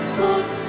Smooth